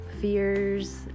fears